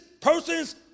person's